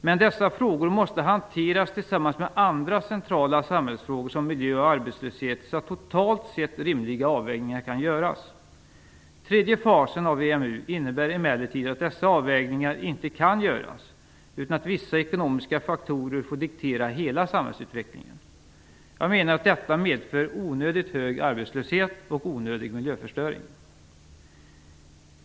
Men dessa frågor måste hanteras tillsammans med andra centrala samhällsfrågor, som miljö och arbetslöshet, så att totalt sett rimliga avvägningar kan göras. Tredje fasen av EMU innebär emellertid att dessa avvägningar inte kan göras utan att vissa ekonomiska faktorer får diktera hela samhällsutvecklingen. Jag menar att detta medför onödigt hög arbetslöshet och onödig miljöförstöring.